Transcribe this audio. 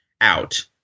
out